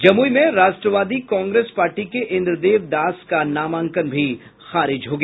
जमुई में राष्ट्रवादी कांग्रेस पार्टी के इन्द्रदेव दास का नामांकन भी खारिज हो गया